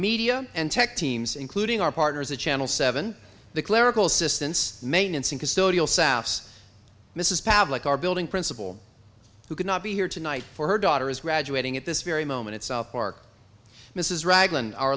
media and tech teams including our partners at channel seven the clerical system maintenance and custodial souths mrs pavlik are building principal who could not be here tonight for her daughter is graduating at this very moment itself mark mrs ragland our